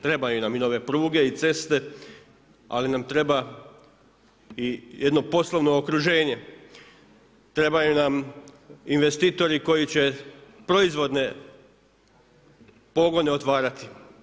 Trebaju nam i nove pruge i ceste ali nam treba i jedno poslovno okruženje, trebaju nam investitori koji će proizvodne pogone otvarati.